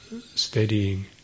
steadying